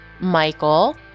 Michael